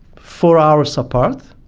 four hours apart,